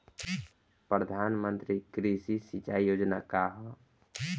प्रधानमंत्री कृषि सिंचाई योजना का ह?